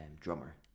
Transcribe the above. drummer